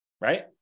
Right